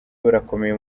barakomeye